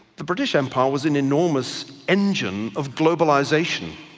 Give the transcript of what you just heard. the british empire was an enormous engine of globalisation,